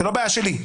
זה לא בעיה שלי.